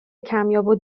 کمیاب